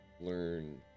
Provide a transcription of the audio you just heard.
learn